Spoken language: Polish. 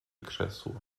krzesło